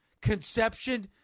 conception